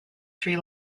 sri